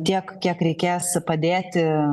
tiek kiek reikės padėti